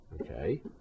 okay